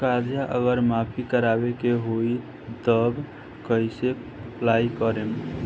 कर्जा अगर माफी करवावे के होई तब कैसे अप्लाई करम?